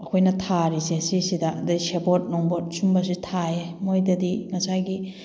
ꯑꯩꯈꯣꯏꯅ ꯊꯥꯔꯤꯁꯦ ꯁꯤꯁꯤꯗ ꯑꯗꯩ ꯁꯦꯕꯣꯠ ꯅꯨꯡꯕꯣꯠ ꯁꯨꯝꯕꯁꯦ ꯊꯥꯏ ꯃꯣꯏꯗꯗꯤ ꯉꯁꯥꯏꯒꯤ